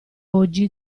oggi